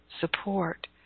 support